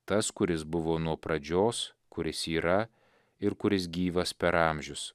tas kuris buvo nuo pradžios kuris yra ir kuris gyvas per amžius